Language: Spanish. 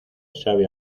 sabe